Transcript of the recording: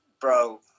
Bro